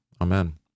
Amen